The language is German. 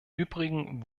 übrigen